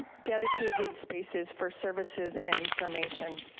dedicated spaces for services and information.